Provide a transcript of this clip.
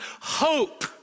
hope